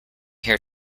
here